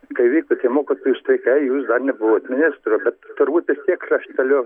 kai vyko tie mokytojų streikai jūs dar nebuvot ministru bet turbūt vis tiek krašteliu